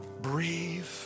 breathe